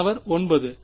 மாணவர் 9